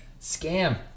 Scam